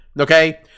okay